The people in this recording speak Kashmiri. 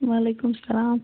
وَعلیکُم السَلام